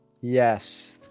Yes